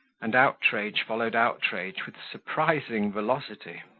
and outrage followed outrage with surprising velocity.